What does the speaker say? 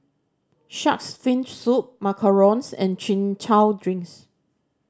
Shark's Fin Soup macarons and Chin Chow drinks